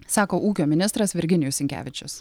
sako ūkio ministras virginijus sinkevičius